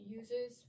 uses